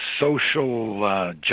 Social